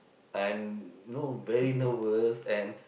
and know very nervous and